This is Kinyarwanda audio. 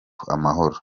amahoro